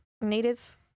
Native